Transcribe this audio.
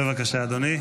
בבקשה, אדוני.